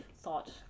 thought